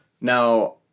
Now